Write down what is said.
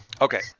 Okay